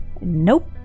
Nope